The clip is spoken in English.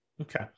Okay